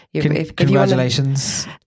congratulations